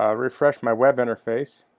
um refresh my web interface